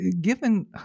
given